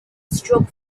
stroke